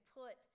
put